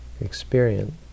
experience